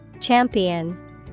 Champion